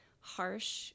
harsh